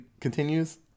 Continues